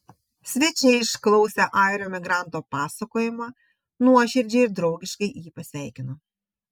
svečiai išklausę airio emigranto pasakojimą nuoširdžiai ir draugiškai jį pasveikino